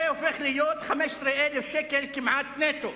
זה הופך להיות כמעט 15,000 שקל נטו.